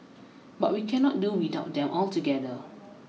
but we cannot do without them altogether